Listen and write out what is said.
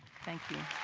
thank you.